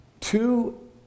two